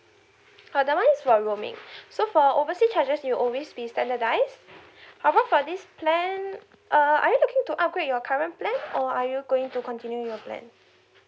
uh that one is for roaming so for oversea charges you always be standardise however for this plan uh are you looking to upgrade your current plan or are you going to continue your plan